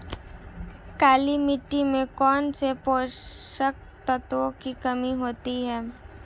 काली मिट्टी में कौनसे पोषक तत्वों की कमी होती है?